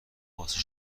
واسه